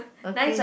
okay